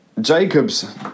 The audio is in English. Jacob's